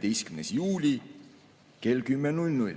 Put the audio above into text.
11. juuli kell